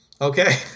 Okay